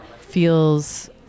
feels